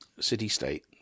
city-state